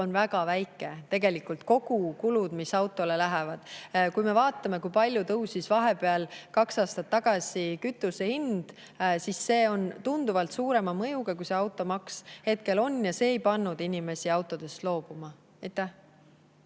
väga väike, tegelikult kogu kulu, mis autole läheb. Kui me vaatame, kui palju tõusis vahepeal, kaks aastat tagasi, kütuse hind, siis see on tunduvalt suurema mõjuga, kui see automaks hetkel on, ja see ei pannud inimesi autost loobuma. Aitäh!